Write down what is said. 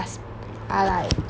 are like